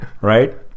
Right